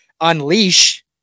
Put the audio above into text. unleash